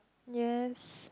yes